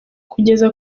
kugeza